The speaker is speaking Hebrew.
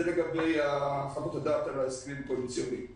זה לגבי חוות הדעת על ההסכם הקואליציוני.